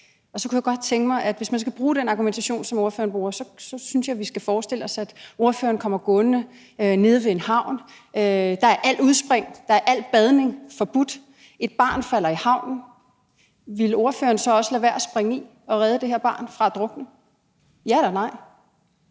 Vermunds spørgsmål lige før. Hvis man skal bruge den argumentation, som ordføreren bruger, synes jeg, vi skal forestille os, at ordføreren kommer gående nede ved en havn, hvor der står, at alt udspring og al badning er forbudt, og så falder der et barn i havnen. Ville ordføreren så også lade være at springe i og redde det her barn fra at drukne – ja eller nej?